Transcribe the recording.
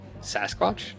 Sasquatch